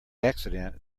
accident